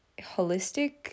holistic